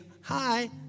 hi